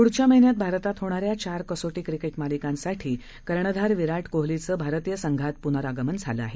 पुढच्या महिन्यात भारतात होणाऱ्या चार कसोटी क्रिकेट मालिकेसाठी कर्णधार विराट कोहलीचं भारतीय संघात पुनरागमन झालं आहे